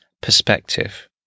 perspective